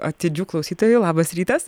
atidžių klausytojų labas rytas